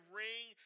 ring